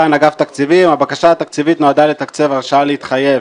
הבקשה התקציבית נועדה לתקצב הרשאה להתחייב